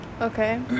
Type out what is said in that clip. Okay